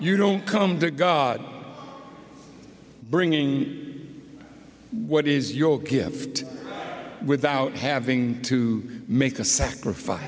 you don't come to god bringing what is your gift without having to make a sacrifice